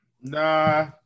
Nah